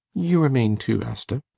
you remain too, asta.